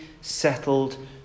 settled